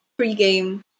pregame